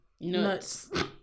nuts